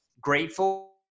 grateful